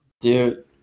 Dude